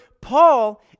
Paul